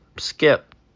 skip